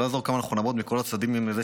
לא יעזור כמה נעמוד מכל הצדדים עם איזו